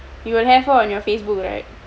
you will have her on your Facebook right